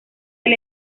del